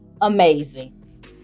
amazing